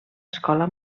escola